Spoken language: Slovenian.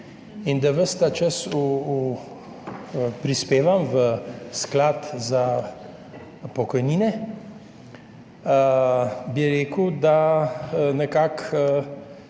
in da ves ta čas prispevam v sklad za pokojnine, bi rekel, da nekako